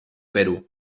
perú